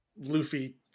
Luffy